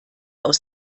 aus